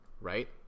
right